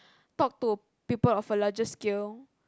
talk to people of a larger scale